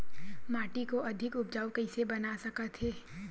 माटी को अधिक उपजाऊ कइसे बना सकत हे?